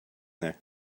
there